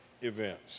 events